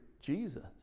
Jesus